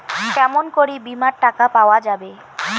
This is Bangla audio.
কেমন করি বীমার টাকা পাওয়া যাবে?